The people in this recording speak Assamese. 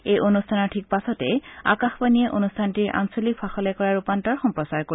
এই অনুষ্ঠানৰ ঠিক পাছতে আকাশবাণীয়ে অনুষ্ঠানটিৰ আঞ্চলিক ভাষালৈ কৰা ৰূপান্তৰ সম্প্ৰচাৰ কৰিব